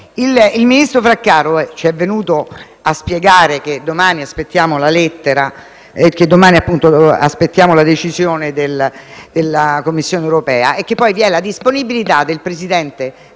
il ministro Fraccaro ci è venuto a spiegare che aspettiamo per domani la decisione della Commissione europea e che vi sarà poi la disponibilità del presidente